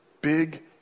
big